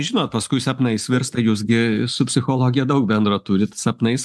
žinot paskui sapnais virsta jūs gi su psichologija daug bendro turit sapnais